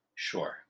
Sure